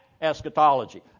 eschatology